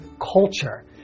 culture